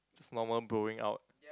just normal bro-ing out